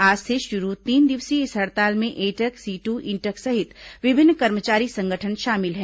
आज से शुरू तीन दिवसीय इस हड़ताल में एटक सीटू इंटक सहित विभिन्न कर्मचारी संगठन शामिल हैं